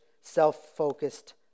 self-focused